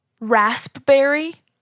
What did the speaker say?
Raspberry